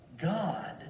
God